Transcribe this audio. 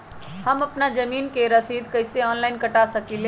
हम अपना जमीन के रसीद कईसे ऑनलाइन कटा सकिले?